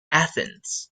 athens